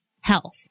health